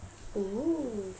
oo